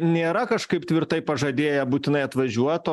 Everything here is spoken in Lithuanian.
nėra kažkaip tvirtai pažadėję būtinai atvažiuot o